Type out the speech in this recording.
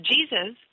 Jesus